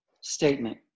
statement